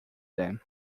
them